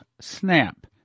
SNAP